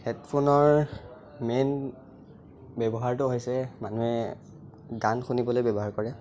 হেডফোনৰ মেইন ব্য়ৱহাৰটো হৈছে মানুহে গান শুনিবলৈ ব্য়ৱহাৰ কৰে